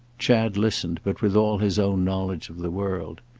chad listened, but with all his own knowledge of the world.